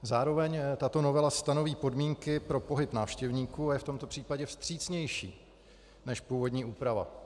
Zároveň tato novela stanoví podmínky pro pohyb návštěvníků a je v tomto případě vstřícnější než původní úprava.